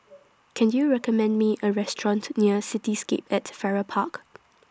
Can YOU recommend Me A Restaurant near Cityscape At Farrer Park